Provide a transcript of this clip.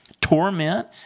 Torment